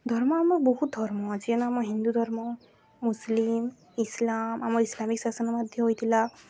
ଧର୍ମ ଆମର ବହୁତ ଧର୍ମ ଯେନ ଆମ ହିନ୍ଦୁ ଧର୍ମ ମୁସଲିମ ଇସଲାମ ଆମର ଇସଲାମିକ୍ ଶାସନ ମଧ୍ୟ ହୋଇଥିଲା